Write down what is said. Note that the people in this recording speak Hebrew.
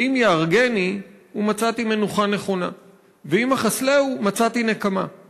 שאם יהרגני/ ומצאתי מנוחה נכונה/ ואם אחסלהו/ מצאתי נקמה.//